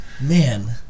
Man